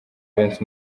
vincent